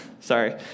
Sorry